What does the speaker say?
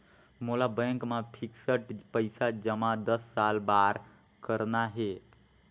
मोला बैंक मा फिक्स्ड पइसा जमा दस साल बार करना हे?